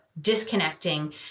disconnecting